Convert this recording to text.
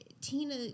Tina